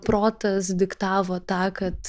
protas diktavo tą kad